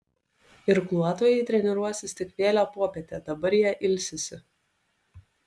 irkluotojai treniruosis tik vėlią popietę dabar jie ilsisi